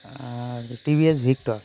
R TVS Victor